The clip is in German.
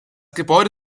gebäude